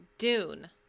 Dune